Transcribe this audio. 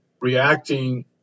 reacting